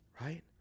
Right